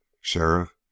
Sheriff